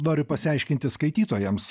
noriu pasiaiškinti skaitytojams